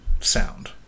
sound